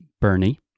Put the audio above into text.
Bernie